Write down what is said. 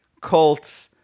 Colt's